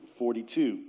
42